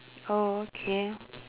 oh okay